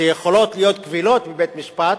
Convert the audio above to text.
שיכולות להיות קבילות בבית-משפט,